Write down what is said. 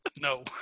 no